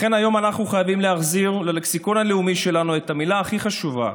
לכן היום אנחנו חייבים להחזיר ללקסיקון הלאומי שלנו את המילה הכי חשובה,